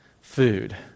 food